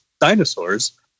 dinosaurs